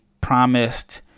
promised